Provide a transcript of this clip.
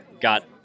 got